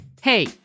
Hey